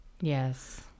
Yes